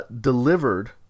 delivered